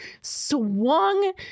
swung